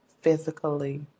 physically